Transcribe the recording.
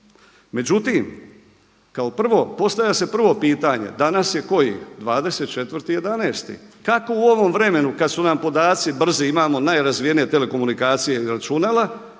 Međutim, postavlja se prvo pitanje, danas je koji? 24.11. Kako u ovom vremenu kada su nam podaci, imamo najrazvijene telekomunikacije i računala,